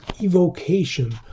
evocation